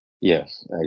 Yes